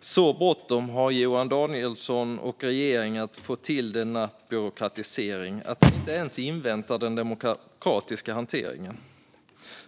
Så bråttom har Johan Danielsson och regeringen att få till denna byråkratisering att de inte ens inväntar den demokratiska hanteringen.